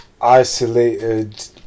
isolated